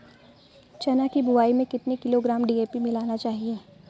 चना की बुवाई में कितनी किलोग्राम डी.ए.पी मिलाना चाहिए?